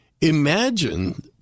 imagine